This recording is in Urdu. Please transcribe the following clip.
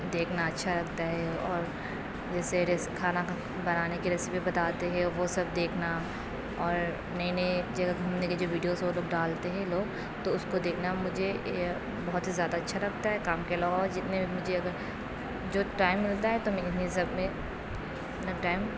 دیکھنا اچھا لگتا ہے اور جیسے ریس کھانا بنانے کی ریسیپی بتاتے ہیں وہ سب دیکھنا اور نئے نئے جگہ گھومنے کی جو ویڈیوز وہ لوگ ڈالتے ہیں لوگ تو اس کو دیکھنا مجھے بہت ہی زیادہ اچھا لگتا ہے کام کے علاوہ جتنے بھی مجھے اگر جو ٹائم ملتا ہے تو انہیں سب میں اپنا ٹائم